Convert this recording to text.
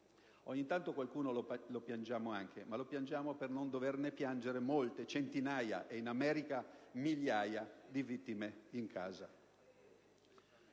Ogni tanto qualcuno lo piangiamo anche, ma lo facciamo per non dover piangere molte centinaia - e in America migliaia - di vittime in casa.